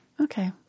Okay